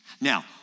Now